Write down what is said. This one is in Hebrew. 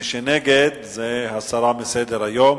מי שנגד, הסרה מסדר-היום.